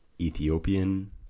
Ethiopian